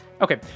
Okay